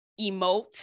emote